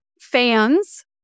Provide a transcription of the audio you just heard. fans